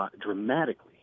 dramatically